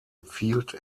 field